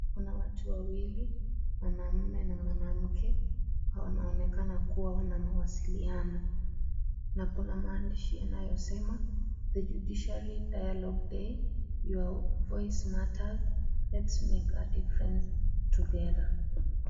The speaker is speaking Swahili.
Kuna watu wawili, mwanaume na mwanamke wanaonekana kuwa na mawasiliano na kuna maandishi yanayosema (cs)The Judiciary Dialogue Day, your voice matters, let's make a difference together(cs)